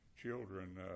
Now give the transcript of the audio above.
children